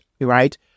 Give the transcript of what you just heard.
right